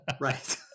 Right